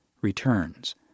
returns